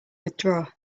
withdraw